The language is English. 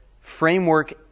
framework